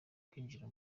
kwinjira